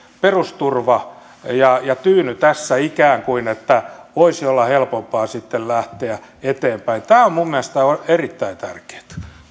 perusturva ja ikään kuin tyyny tässä että voisi olla helpompaa sitten lähteä eteenpäin tämä on minun mielestäni erittäin tärkeätä